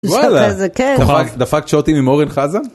‫וואלה, זה כיף. ‫-דפקת שוטים עם אורן חזן?